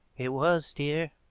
it was, dear,